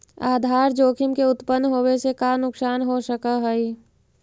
आधार जोखिम के उत्तपन होवे से का नुकसान हो सकऽ हई?